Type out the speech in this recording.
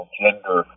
gender